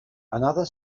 another